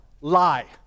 lie